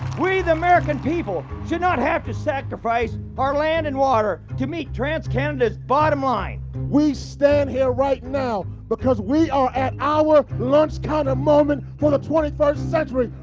we the american people should not have to sacrifice our land and water to meet transcanada's bottom line. we stand here right now because we are at our lunch counter moment for the twenty-first century.